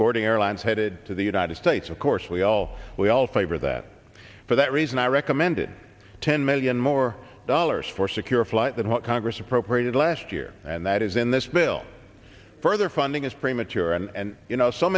boarding airlines headed to the united states of course we all we all favor that for that reason i recommended ten million more dollars for secure flight than what congress appropriated last year and that is in this bill further funding is premature and you know so